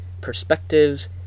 perspectives